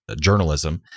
journalism